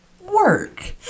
Work